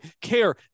care